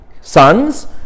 sons